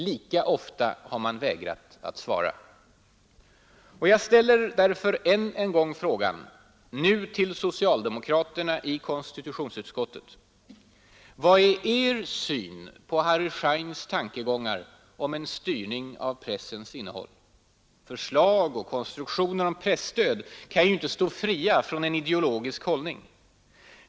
Lika ofta har man vägrat att svara. Jag ställer därför än en gång frågan, nu till socialdemokraterna i konstitutionsutskottet: Vad är er syn på Harry Scheins tankegångar om en styrning av pressens innehåll? Förslag och konstruktioner om presstöd kan ju inte stå fria från en ideologisk hållning.